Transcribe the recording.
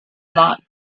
not